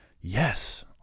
Yes